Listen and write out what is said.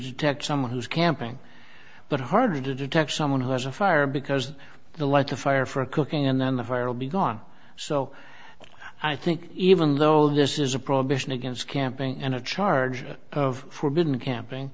detect someone who's camping but hard to detect someone has a fire because the light a fire for cooking and then the fire will be gone so i think even though this is a problem and against camping and a charge of forbidden camping